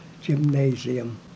gymnasium